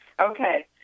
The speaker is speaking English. Okay